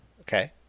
okay